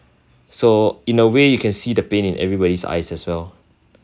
so in a way you can see the pain in everybody's eyes as well